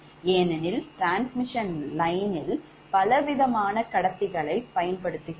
ஏனெனில் transmission line யில் பலவிதமான கடத்திகளை பயன்படுத்துகிறோம்